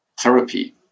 therapy